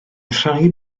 rhai